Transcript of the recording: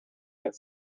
that